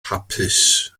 hapus